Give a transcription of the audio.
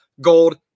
Gold